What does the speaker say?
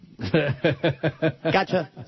Gotcha